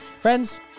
Friends